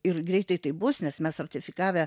ir greitai tai bus nes mes ratifikavę